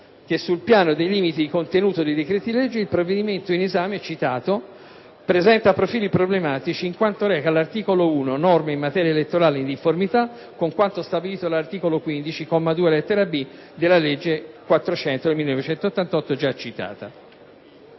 che: «sul piano dei limiti di contenuto dei decreti-legge, il provvedimento in esame presenta profili problematici, in quanto reca, all'articolo 1, norme in materia elettorale in difformità con quanto stabilito dall'articolo 15, comma 2, lettera b) della legge n. 400 del 1988, secondo